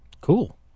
Cool